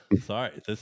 Sorry